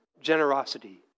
generosity